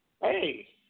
Hey